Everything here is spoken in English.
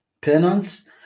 penance